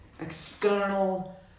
external